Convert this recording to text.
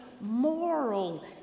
moral